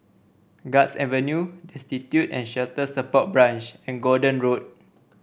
Guards Avenue Destitute and Shelter Support Branch and Gordon Road